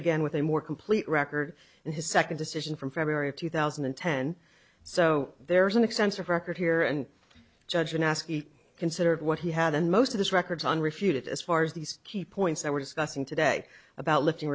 again with a more complete record in his second decision from february of two thousand and ten so there is an extensive record here and judge in ascii considered what he had in most of those records on refuted as far as these key points that we're discussing today about lifting